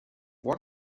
what